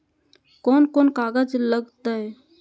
कौन कौन कागज लग तय?